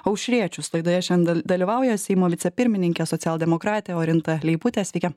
aušriečius laidoje šiand dal dalyvauja seimo vicepirmininkė socialdemokratė orinta leiputė sveiki